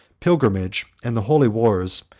pilgrimage, and the holy wars,